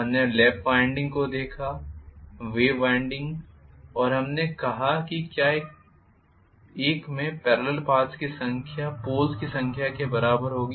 हमने lap winding को देखा वेव वाइंडिंग और हमने कहा कि क्यों एक में पेरलल पाथ्स की संख्या पोल्स की संख्या के बराबर होगी